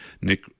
Nick